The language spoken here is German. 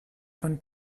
von